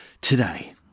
today